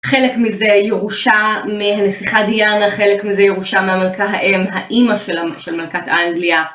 חלק מזה ירושה מהנסיכה דיאנה, חלק מזה ירושה מהמלכה האם, האמא של מלכת האנגליה.